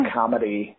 comedy